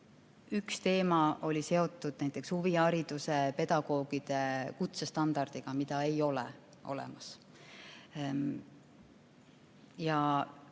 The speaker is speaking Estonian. Üks probleem oli seotud huvihariduse pedagoogide kutsestandardiga, mida ei ole olemas. Ja